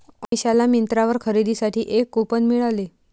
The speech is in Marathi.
अमिषाला मिंत्रावर खरेदीसाठी एक कूपन मिळाले